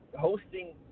hosting